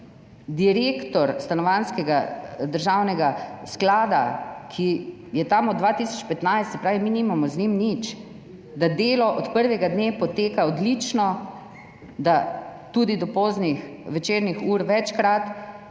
direktor stanovanjskega državnega sklada, ki je tam od 2015, se pravi mi nimamo nič z njim, da delo od prvega dne poteka odlično, večkrat tudi do poznih večernih ur in da